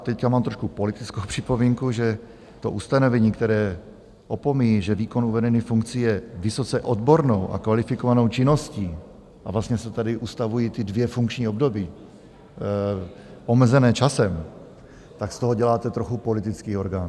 Teď mám trošku politickou připomínku, že to ustanovení, které opomíjí, že výkon uvedených funkcí je vysoce odbornou a kvalifikovanou činností, a vlastně se tady ustavuji dvě funkční období omezená časem, tak z toho děláte trochu politický orgán.